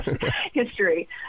history